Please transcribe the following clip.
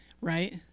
right